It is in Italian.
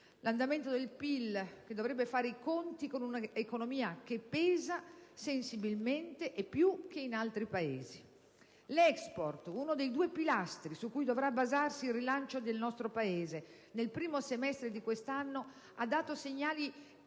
l'andamento del PIL, che dovrebbe fare i conti con un'economia che pesa sensibilmente e più che in altri Paesi; l'*export*, ovvero uno dei due pilastri su cui dovrà basarsi il rilancio del nostro Paese e che nel primo semestre di quest'anno ha dato segnali